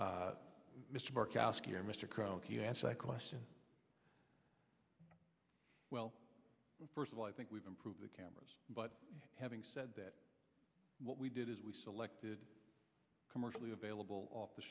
here mr kronk you answer my question well first of all i think we've improved the cameras but having said that what we did is we selected commercially available off the